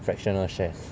fractional shares